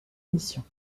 missions